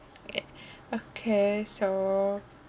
it okay so